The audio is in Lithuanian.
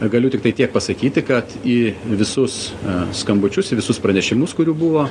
galiu tiktai tiek pasakyti kad į visus skambučius į visus pranešimus kurių buvo